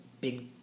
big